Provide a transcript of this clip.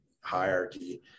hierarchy